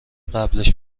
قبلش